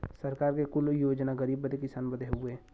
सरकार के कुल योजना गरीब बदे किसान बदे हउवे